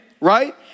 right